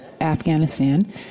Afghanistan